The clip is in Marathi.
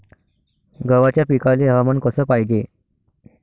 गव्हाच्या पिकाले हवामान कस पायजे?